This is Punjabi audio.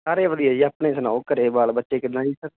ਸਾਰੇ ਵਧੀਆ ਜੀ ਆਪਣੇ ਸੁਣਾਓ ਘਰ ਬਾਲ ਬੱਚੇ ਕਿੱਦਾਂ ਜੀ ਸਰ